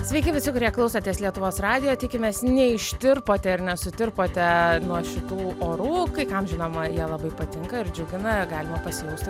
sveiki visi kurie klausotės lietuvos radijo tikimės neištirpote ir nesutirpote nuo šitų orų kai kam žinoma jie labai patinka ir džiugina galima pasijausti